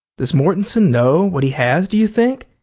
does mortenson know what he has, do you think?